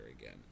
again